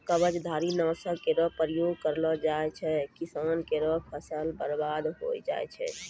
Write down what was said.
कवचधारी? नासक केरो प्रयोग करलो जाय सँ किसान केरो फसल बर्बाद होय जाय छै